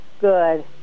Good